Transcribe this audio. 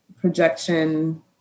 projection